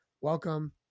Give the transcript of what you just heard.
welcome